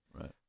right